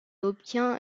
obtient